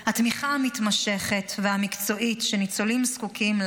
התמיכה המתמשכת והמקצועית שניצולים זקוקים לה,